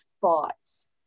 thoughts